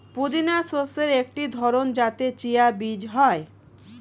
পুদিনা শস্যের একটি ধরন যাতে চিয়া বীজ হয়